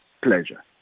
pleasure